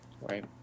right